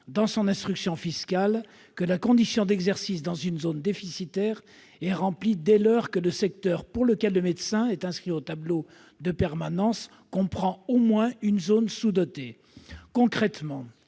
dans son instruction fiscale que la condition d'exercice dans une zone déficitaire est remplie dès lors que le secteur pour lequel le médecin est inscrit au tableau de permanence comprend au moins une zone sous-dotée. Concrètement,